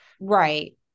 right